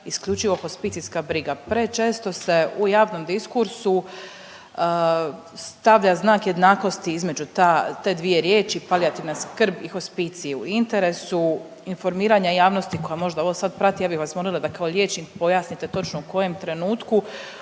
isključivo hospicijska briga. Prečesto se u javnom diskursu stavlja znak jednakosti između ta, te dvije riječi palijativna skrb i hospiciju. U interesu informiranja javnosti koja možda ovo sad prati ja bih vas molila da kao liječnik pojasnite točno u kojem trenutku